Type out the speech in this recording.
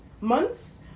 months